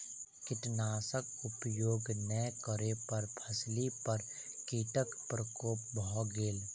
कीटनाशक उपयोग नै करै पर फसिली पर कीटक प्रकोप भ गेल